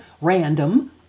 random